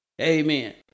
Amen